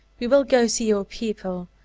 we will go see your people.